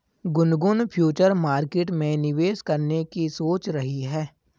Gungun future market में निवेश करने की सोच रही है